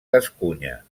gascunya